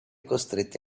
costretti